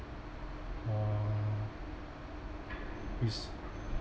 uh it's